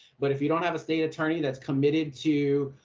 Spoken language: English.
but if you don't have a state attorney that's committed to